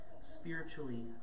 spiritually